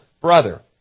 brother